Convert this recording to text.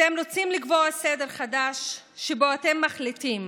אתם רוצים לקבוע סדר חדש שבו אתם מחליטים